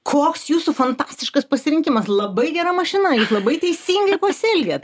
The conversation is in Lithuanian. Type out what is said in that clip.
koks jūsų fantastiškas pasirinkimas labai gera mašina jūs labai teisingai pasielgėt